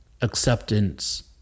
acceptance